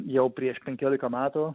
jau prieš penkiolika matų